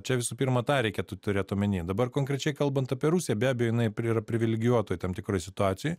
čia visų pirma tą reikėtų turėt omeny dabar konkrečiai kalbant apie rusiją be abejo jinai yra privilegijuotoj tam tikroj situacijoj